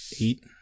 eight